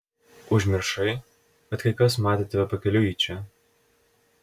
užmiršai kad kai kas matė tave pakeliui į čia